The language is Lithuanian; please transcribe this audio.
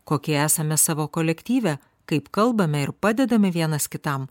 kokie esame savo kolektyve kaip kalbame ir padedame vienas kitam